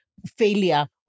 failure